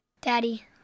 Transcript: Daddy